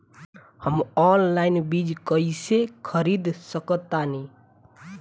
हम ऑनलाइन बीज कईसे खरीद सकतानी?